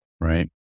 right